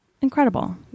incredible